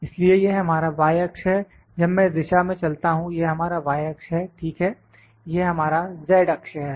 इसलिए यह हमारा y अक्ष है जब मैं इस दिशा में चलता हूं यह हमारा y अक्ष है ठीक है यह हमारा z अक्ष है